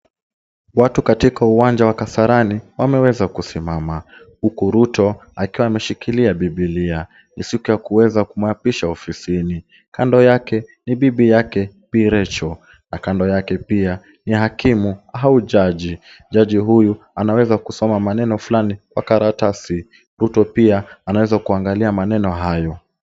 Watu katika uwanja wa Kasarani, wameweza kusimama huku Ruto akiwa ameshikilia Bibilia, ni siku ya kuweza kumuapisha ofisini. Kando yake ni bibi yake Bi Rachel na kando yake pia ni hakimu au jaji, jaji huyu anaweza kusoma maneno fulani kwa karatasi, Ruto pia anaweza kuangalia maneno hayo.